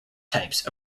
types